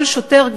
כל שוטר,